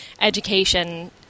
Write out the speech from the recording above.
education